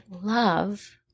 love